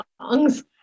songs